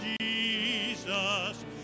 Jesus